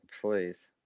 please